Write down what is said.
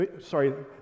Sorry